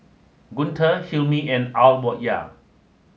Guntur Hilmi and Alya